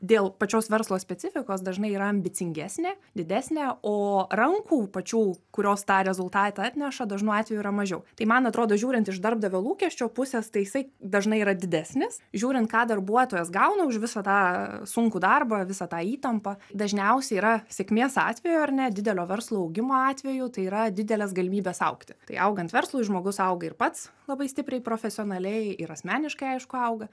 dėl pačios verslo specifikos dažnai yra ambicingesnė didesnė o rankų pačių kurios tą rezultatą atneša dažnu atveju yra mažiau tai man atrodo žiūrint iš darbdavio lūkesčio pusės tai jisai dažnai yra didesnis žiūrint ką darbuotojas gauna už visą tą sunkų darbą visą tą įtampą dažniausiai yra sėkmės atveju ar ne didelio verslo augimo atveju tai yra didelės galimybės augti tai augant verslui žmogus auga ir pats labai stipriai profesionaliai ir asmeniškai aišku auga